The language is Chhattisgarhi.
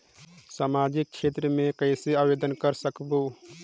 समाजिक क्षेत्र मे कइसे आवेदन कर सकबो?